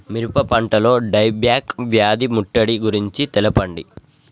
మిరప పంటలో dieback వ్యాధి ముట్టడి గురించి తెల్పండి?